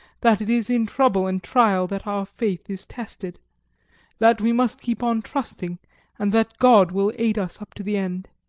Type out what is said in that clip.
that it is in trouble and trial that our faith is tested that we must keep on trusting and that god will aid us up to the end.